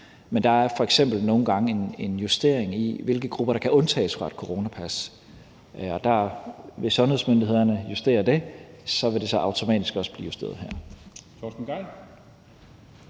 Men der er f.eks. nogle gange en justering i, hvilke grupper der kan undtages fra et coronapas, og der vil sundhedsmyndighederne justere det, og så vil det automatisk også blive justeret her.